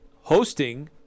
hosting